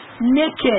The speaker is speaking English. naked